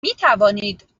میتوانید